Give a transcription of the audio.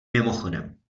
mimochodem